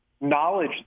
knowledge